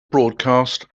broadcast